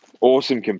Awesome